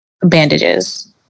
bandages